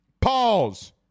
Pause